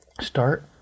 start